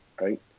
Right